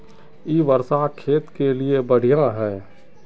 इ वर्षा खेत के लिए बढ़िया है?